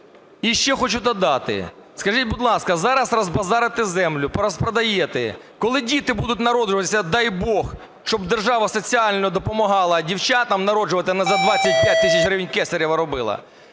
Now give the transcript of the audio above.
І ще хочу додати, скажіть, будь ласка, зараз розбазарите землю, порозпродаєте. Коли діти будуть народжуватися, дай Бог, щоб держава соціально допомагала дівчатам народжувати, не за 25 тисяч гривень кесарево робила,